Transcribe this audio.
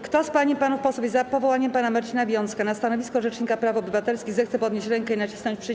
Kto z pań i panów posłów jest za powołaniem pana Marcina Wiącka na stanowisko rzecznika praw obywatelskich, zechce podnieść rękę i nacisnąć przycisk.